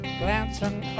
glancing